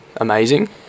Amazing